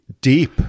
deep